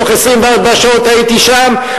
בתוך 24 שעות הייתי שם,